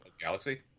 Galaxy